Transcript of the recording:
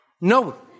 No